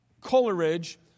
Coleridge